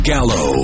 Gallo